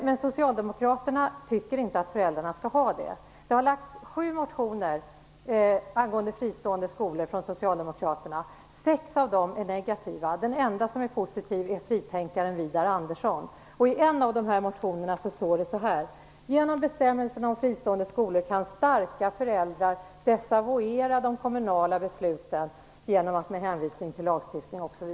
Men socialdemokraterna tycker inte att föräldrarna skall ha det. Det har väckts sju motioner angående fristående skolor från socialdemokraterna. Sex av dem är negativa. Den enda som är positiv är fritänkaren Widar Andersson. I en av de här motionerna står det: Genom bestämmelserna om fristående skolor kan starka föräldrar desavouera de kommunala besluten genom att med hänvisning till lagstiftning -.